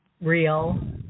real